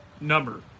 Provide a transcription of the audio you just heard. number